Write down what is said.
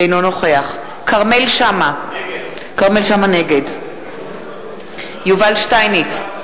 אינו נוכח כרמל שאמה, נגד יובל שטייניץ,